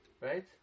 right